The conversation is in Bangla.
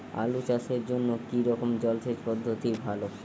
আলু চাষের জন্য কী রকম জলসেচ পদ্ধতি ভালো?